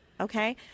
okay